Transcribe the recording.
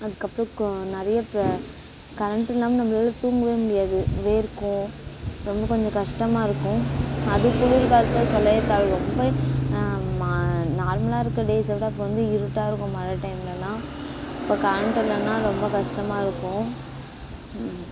அதுக்கப்பறம் கொ நிறைய இப்போ கரண்ட் இல்லாமல் நம்மளால் தூங்கவே முடியாது வேர்க்கும் ரொம்ப கொஞ்சம் கஷ்டமாக இருக்கும் அதே குளிர்காலத்தில் சொல்லவே தேவயில்லை ரொம்ப ம நார்மலாக இருக்க டேஸ்ஸை விட கொஞ்சம் இருட்டாக இருக்கும் மழை டைம்லலாம் இப்போ கரண்ட் இல்லன்னா ரொம்ப கஷ்டமாக இருக்கும்